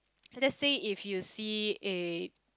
let's say if you see a